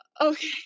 Okay